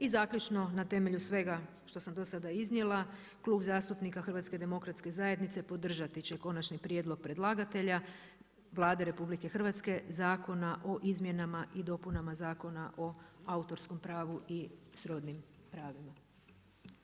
I zaključno, na temelju svega što sam do sada iznijela, Klub zastupnika HDZ-a podržati će konačni prijedlog predlagatelja Vlade RH, Zakona o izmjenama i dopunama Zakona o autorskom pravu i srodnim pravima.